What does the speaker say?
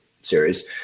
series